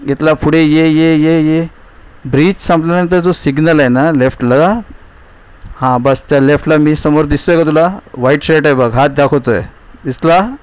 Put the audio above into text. घेतला पुढे ये ये ये ये ब्रीज संपल्यानंतर जो सिग्नल आहे ना लेफ्टला हां बस त्या लेफ्टला मी समोर दिसतो आहे का तुला वाईट शर्ट आहे बघ हात दाखवतो आहे दिसला